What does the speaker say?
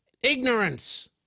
ignorance